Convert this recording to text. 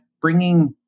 bringing